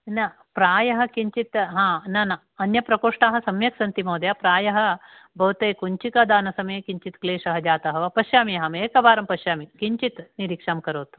न प्रायः किञ्चित् हा न न अन्यप्रकोष्ठाः सम्यक् सन्ति महोदय प्रायः भवते कुञ्चिकादानसमये किञ्चित् क्लेशः जातः वा पश्यामि अहम् एकवारं पश्यामि किञ्चित् निरीक्षां करोतु